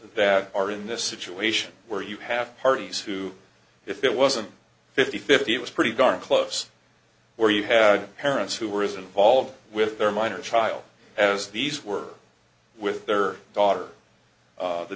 that are in this situation where you have parties who if it wasn't fifty fifty it was pretty darn close or you had parents who were as involved with their minor child as these were with their daughter